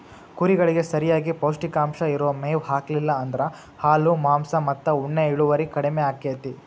ಕುರಿಗಳಿಗೆ ಸರಿಯಾಗಿ ಪೌಷ್ಟಿಕಾಂಶ ಇರೋ ಮೇವ್ ಹಾಕ್ಲಿಲ್ಲ ಅಂದ್ರ ಹಾಲು ಮಾಂಸ ಮತ್ತ ಉಣ್ಣೆ ಇಳುವರಿ ಕಡಿಮಿ ಆಕ್ಕೆತಿ